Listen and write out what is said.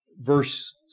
verse